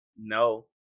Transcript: No